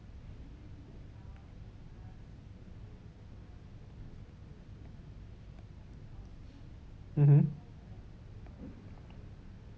mmhmm